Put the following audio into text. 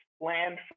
land